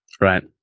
Right